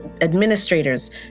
administrators